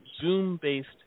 Zoom-based